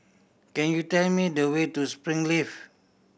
could you tell me the way to Springleaf